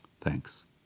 Thanks